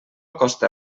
costa